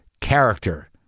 Character